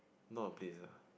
not a place lah